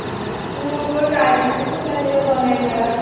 तूं ओक टाय तुका केन्ना येवपा मेळटा